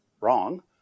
wrong